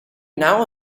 now